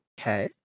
okay